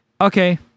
Okay